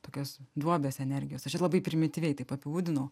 tokios duobės energijos aš čia labai primityviai taip apibūdinau